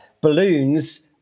balloons